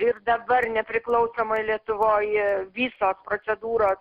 ir dabar nepriklausomoj lietuvoj visos procedūros